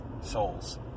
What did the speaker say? souls